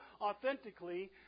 authentically